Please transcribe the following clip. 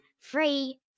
Free